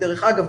דרך אגב,